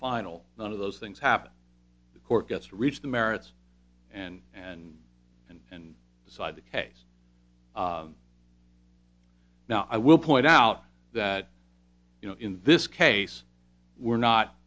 final none of those things happen the court gets to reach the merits and and and and decide the case now i will point out that you know in this case we're not